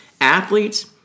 Athletes